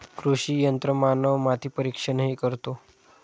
कृषी यंत्रमानव माती परीक्षणही करतो